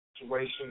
situation